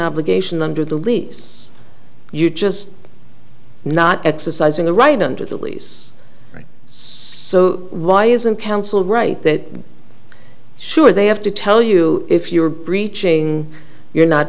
obligation under the lease you're just not exercising the right under the lease right so why isn't council right that sure they have to tell you if you are preaching you're not